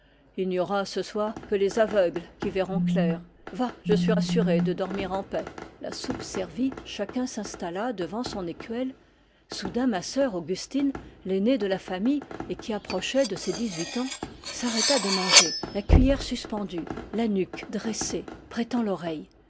bonasse il n'y aura ce soir que les aveugles qui verront clair va je suis assuré de dormir en paix la soupe servie chacun s'installa devant son écuelle soudain ma sœur augustine l'aînée de la famille et qui approchait de ses dix-huit ans s'arrêta de manger la cuiller suspendue la nuque dressée prêtant